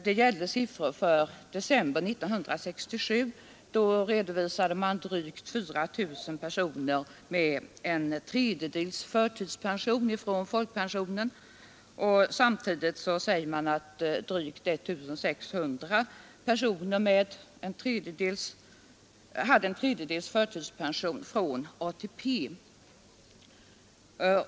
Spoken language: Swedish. I december 1967 hade drygt 4 000 personer en tredjedels förtidspension från folkpensioneringen, och drygt 1600 personer hade en tredjedels förtidspension från ATP.